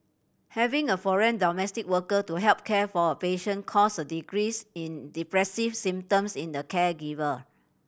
having a foreign domestic worker to help care for a patient caused a decrease in depressive symptoms in the caregiver